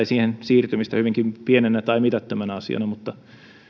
siihen siirtymistä hyvinkin pienenä tai mitättömänä asiana mutta